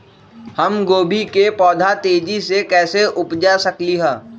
हम गोभी के पौधा तेजी से कैसे उपजा सकली ह?